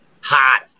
Hot